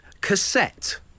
Cassette